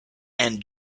and